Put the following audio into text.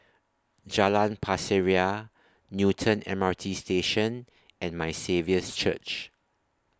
Jalan Pasir Ria Newton M R T Station and My Saviour's Church